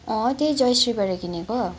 त्यहीँ जयश्रीबाट किनेको